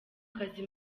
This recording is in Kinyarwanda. kazi